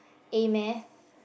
A Math